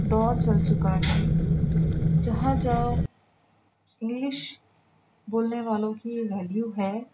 دور چل چکا ہے جہاں جاؤ انگلش بولنے والوں کی ویلیو ہے